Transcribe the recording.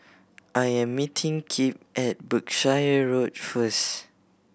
I am meeting Kipp at Berkshire Road first